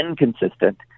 inconsistent